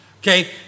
Okay